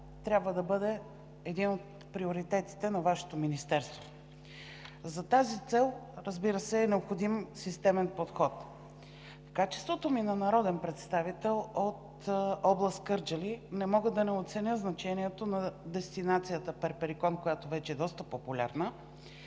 трябва да бъде един от приоритетите на Вашето министерство. За тази цел, разбира се, е необходим системен подход. В качеството ми на народен представител от област Кърджали не мога да не оценя значението на дестинацията Перперикон, която вече е доста популярна